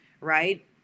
right